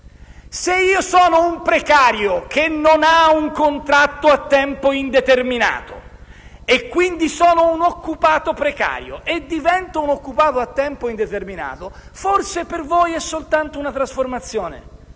Se io sono un precario, che non ha un contratto a tempo indeterminato, e quindi sono un occupato precario e divento un occupato a tempo indeterminato, forse per voi è solo una trasformazione,